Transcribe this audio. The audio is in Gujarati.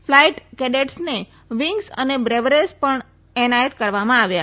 ફલાઇટ કેડેટસને વિગ્સ અને બ્રેવરેસ પણ એનાયત કરવામાં આવ્યા